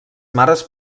mares